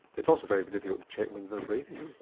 it's also very difficult to check whether they're breathing.